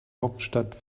hauptstadt